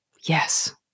Yes